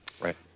Right